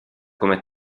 come